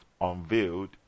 Unveiled